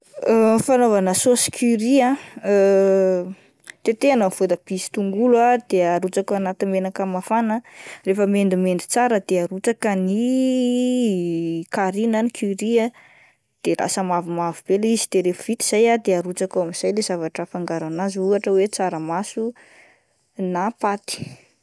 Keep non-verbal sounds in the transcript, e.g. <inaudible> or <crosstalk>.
<hesitation> Fanaovana sôsy curry ahn <hesitation> tetehina ny voatabia sy tongolo ah de arotsaka ao anaty menaka mafana ah ,refa mendimendy tsara de arotsaka ny <hesitation> kary na ny curry ah de lasa mavomavo be le izy de rehefa vita izay ah de arotsaka ao amin'izay le zavatra afangaro anazy ohatra hoe tsaramaso na paty.